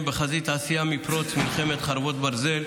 בחזית העשייה מפרוץ מלחמת חרבות הברזל.